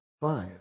five